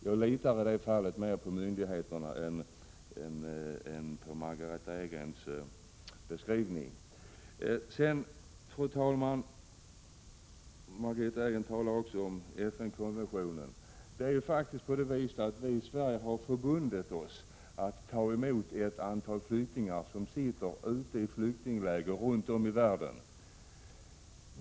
Jag litar i det fallet mer på myndigheterna än på Margitta Edgrens beskrivning. Fru talman! Margitta Edgren talar också om FN-konventionen. Vi har faktiskt i Sverige förbundit oss att ta emot ett antal flyktingar som sitter ute i flyktingläger runt om i världen.